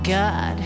God